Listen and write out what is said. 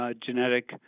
genetic